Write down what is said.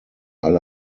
alle